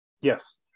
Yes